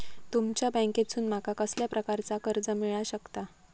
तुमच्या बँकेसून माका कसल्या प्रकारचा कर्ज मिला शकता?